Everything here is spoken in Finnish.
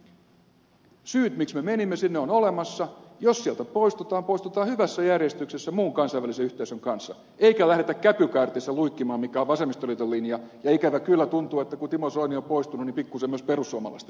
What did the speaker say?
syyt miksi menimme sinne ovat olemassa jos sieltä poistutaan poistutaan hyvässä järjestyksessä muun kansainvälisen yhteisön kanssa eikä lähdetä käpykaartissa luikkimaan mikä on vasemmistoliiton linja ja ikävä kyllä tuntuu että kun timo soini on poistunut niin pikkuisen myös perussuomalaisten linja